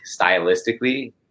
stylistically